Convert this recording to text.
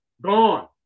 Gone